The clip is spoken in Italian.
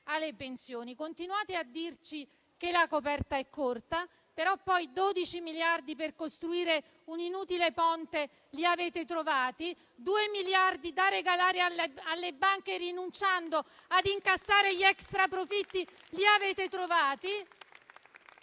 alle pensioni. Continuate a dirci che la coperta è corta, però poi 12 miliardi per costruire un inutile ponte li avete trovati, 2 miliardi da regalare alle banche, rinunciando ad incassare gli extraprofitti li avete trovati